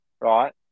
Right